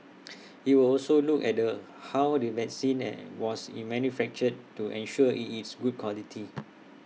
IT will also look at the how the vaccine and was manufactured to ensure IT is good quality